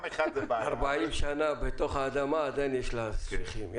מפא"י 40 שנה בתוך האדמה, עדיין יש לה ספיחים.